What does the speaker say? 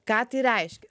ką tai reiškia